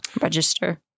Register